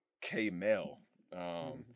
K-Mel